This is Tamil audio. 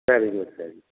சரிங்க சரிங்க